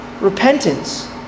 Repentance